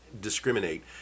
discriminate